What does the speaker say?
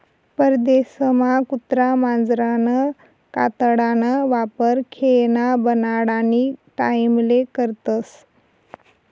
परदेसमा कुत्रा मांजरना कातडाना वापर खेयना बनाडानी टाईमले करतस